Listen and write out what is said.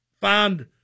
found